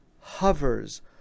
hovers